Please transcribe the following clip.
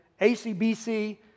ACBC